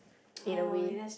in a way